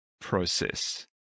process